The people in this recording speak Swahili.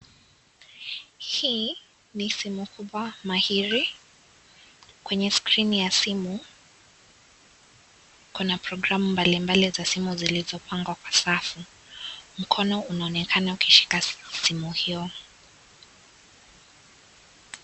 Hii ni simu kubwa mahiri kwenye screen ya simu kuna progiramu mbalimbali za simu zilizopangwa kwa safu mkono unaonekana ukishika simu hiyo.